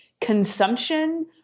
consumption